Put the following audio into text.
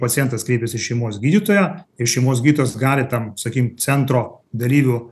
pacientas kreipiasi į šeimos gydytoją ir šeimos gali tam sakim centro dalyvių